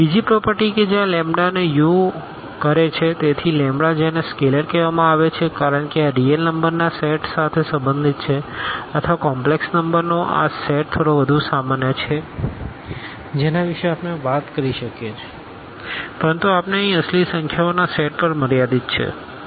બીજી પ્રોપરટી કે જે આ લેમ્બડાને u કરે છે તેથી જેને સ્કેલેર કહેવામાં આવે છે કારણ કે આ રીઅલ નંબરના આ સેટ સાથે સંબંધિત છે અથવા કોમપ્લેક્ષ નંબરનો આ સેટ થોડો વધુ સામાન્ય છે જેના વિશે આપણે વાત કરી શકીએ છીએ પરંતુ આપણે અહીં અસલી સંખ્યાઓના સેટ પર મર્યાદિત છીએ